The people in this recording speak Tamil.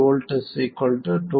83 V 2